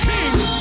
Kings